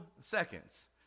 seconds